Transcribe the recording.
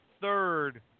third